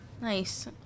Nice